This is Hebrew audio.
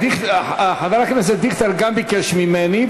חבר הכנסת דיכטר גם ביקש ממני,